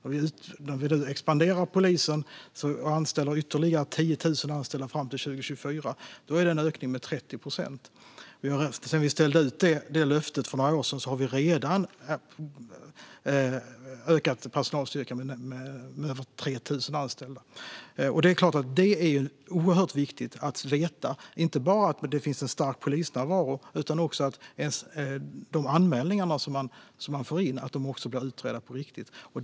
När vi nu expanderar polisen och anställer ytterligare 10 000 fram till 2024 är det en ökning med 30 procent. Sedan vi ställde ut detta löfte för några år sedan har vi ökat personalstyrkan med över 3 000 anställda. Det är klart att det är oerhört viktigt att veta inte bara att det finns en stark polisnärvaro utan också att de anmälningar som man får in blir utredda på riktigt.